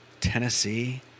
Tennessee